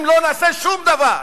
אם לא נעשה שום דבר,